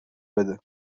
بده